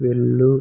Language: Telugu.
వెళ్ళు